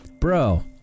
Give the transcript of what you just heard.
Bro